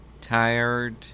tired